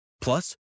Plus